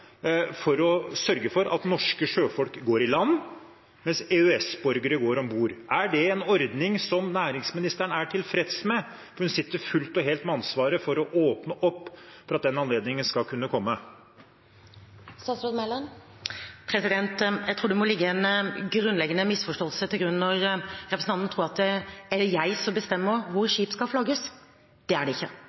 for å sørge for at norske sjøfolk går i land, mens EØS-borgere går om bord? Er det en ordning som næringsministeren er tilfreds med? Hun sitter fullt og helt med ansvaret for å åpne opp for at den anledningen skal kunne komme. Jeg tror det må ligge en grunnleggende misforståelse til grunn når representanten tror at det er jeg som bestemmer hvor skip skal flagges. Det er det ikke.